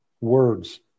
words